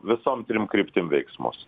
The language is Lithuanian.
visom trim kryptim veiksmus